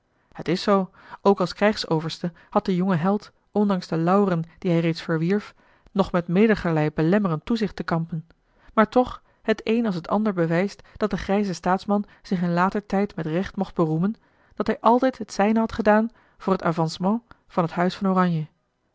het is zoo ook als krijgsoverste had de jonge held ondanks de lauweren die hij reeds verwierf nog met menigerlei belemmerend toezicht te kampen maar toch het een als het ander bewijst dat de grijze staatsman zich in later tijd met recht mocht beroemen dat hij altijd het zijne had gedaan voor het avancement van a l g bosboom-toussaint de delftsche wonderdokter eel het huis van oranje